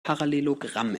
parallelogramm